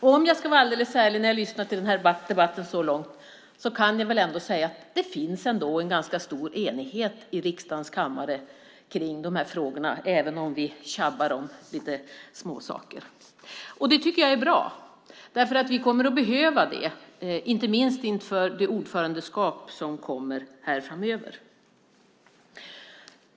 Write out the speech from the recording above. Efter att ha lyssnat till den här debatten så här långt kan jag, om jag ska vara alldeles ärlig, ändå säga att det finns en ganska stor enighet i riskdagens kammare om de här frågorna även om vi tjabbar om lite småsaker. Det tycker jag är bra. Vi kommer nämligen att behöva det, inte minst inför det ordförandeskap som kommer framöver.